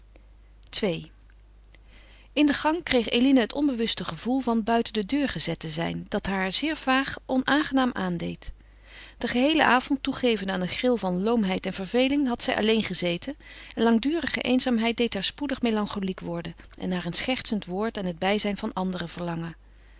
ii in de gang kreeg eline het onbewuste gevoel van buiten de deur gezet te zijn dat haar zeer vaag onaangenaam aandeed den geheelen avond toegevende aan een gril van loomheid en verveling had zij alleen gezeten en langdurige eenzaamheid deed haar spoedig melancholiek worden en naar een schertsend woord en het bijzijn van anderen verlangen